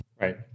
Right